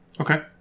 Okay